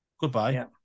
Goodbye